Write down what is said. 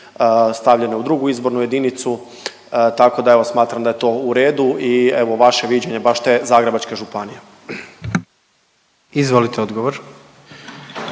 stavljene u drugu izbornu jedinicu, tako da evo smatram da je to u redu i evo vaše viđenje baš te Zagrebačke županije. **Jandroković,